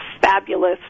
fabulous